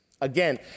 Again